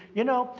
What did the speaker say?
you know,